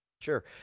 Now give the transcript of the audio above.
sure